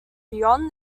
beyond